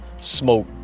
smoke